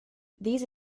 these